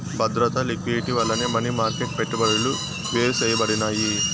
బద్రత, లిక్విడిటీ వల్లనే money market పెట్టుబడులు వేరుసేయబడినాయి